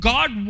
God